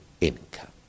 income